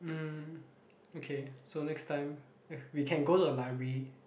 mm okay so next time we can go to the library